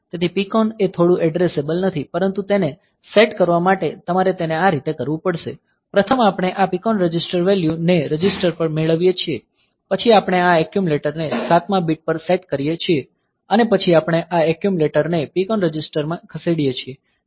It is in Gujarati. તેથી PCON એ થોડું એડ્રેસેબલ નથી પરંતુ તેને સેટ કરવા માટે તમારે તેને આ રીતે કરવું પડશે પ્રથમ આપણે આ PCON રજિસ્ટર વેલ્યૂ ને રજિસ્ટર પર મેળવીએ છીએ પછી આપણે આ એક્યુમલેટર ને સાતમા બીટ પર સેટ કરીએ છીએ અને પછી આપણે આ એક્યુમલેટરને PCON રજિસ્ટર માં ખસેડીએ છીએ